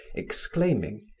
exclaiming,